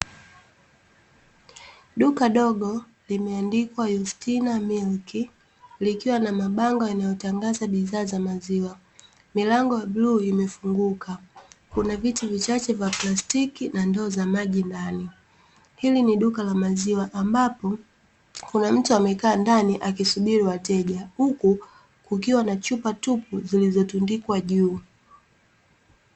Duka dogo limebandikwa yustina milik likiwa na mabango yanayotangaza bidhaa ya maziwa . Milango ya bluu imefunguka Kuna viti vichache vya plastiki na ndoo za maji ndani . Hili ni duka la maziwa ambapo Kuna mtu amekaa ndani akisubiri wateja huku kukiwa na chupa tupu zilizotundiwa juu .